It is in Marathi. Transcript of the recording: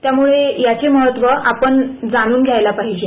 त्यामुळे याचे महत्त्व आपण जाणून घ्यायला पाहिजे